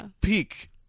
peak